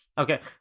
Okay